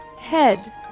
Head